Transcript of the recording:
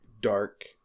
dark